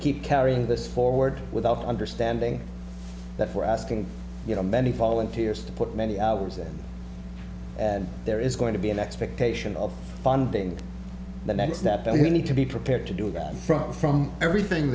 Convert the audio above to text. keep carry this forward without understanding that we're asking you know many volunteers to put many hours in and there is going to be an expectation of finding the next step that we need to be prepared to do that from from everything